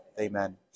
Amen